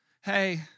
hey